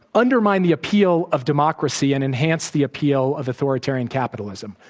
undermine the appeal of democracy and enhance the appeal of authoritarian capitalism.